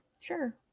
Sure